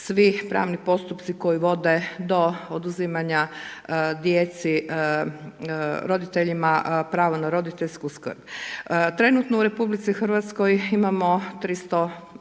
svi pravni postupci koji vode do oduzimanja roditeljima pravo na roditeljsku skrb. Trenutno u RH imamo 380-ero